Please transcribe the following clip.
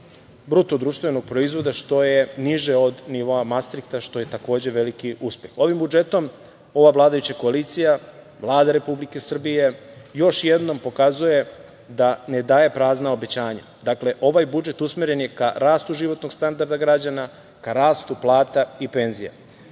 biti 55,5% BDP, što je niže od nivoa Mastrihta, što je takođe veliki uspeh. Ovim budžetom ova vladajuća koalicija, Vlada Republike Srbije, još jednom pokazuje da ne daje prazna obećanja. Dakle, ovaj budžet usmeren je ka rastu životnog standarda građana, ka rastu plata i penzija. Kao